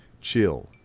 chill